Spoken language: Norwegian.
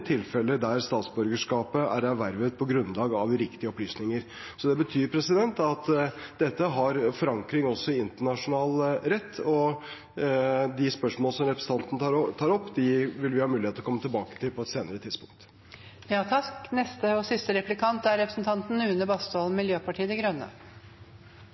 tilfeller der statsborgerskapet er ervervet på grunnlag av uriktige opplysninger. Det betyr at dette har forankring også i internasjonal rett, og de spørsmål som representanten tar opp, vil vi ha mulighet til å komme tilbake til på et senere tidspunkt. Det er noen begreper som går litt igjen i debatten. Ett av dem er